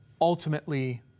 Ultimately